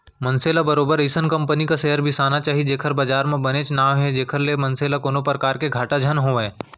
मनसे ल बरोबर अइसन कंपनी क सेयर बिसाना चाही जेखर बजार म बनेच नांव हे जेखर ले मनसे ल कोनो परकार ले घाटा झन होवय